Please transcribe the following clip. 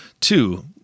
two